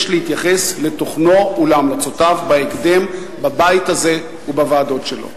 יש להתייחס לתוכנו ולהמלצותיו בהקדם בבית הזה ובוועדות שלו.